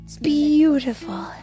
Beautiful